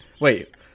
Wait